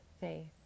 faith